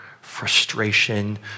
frustration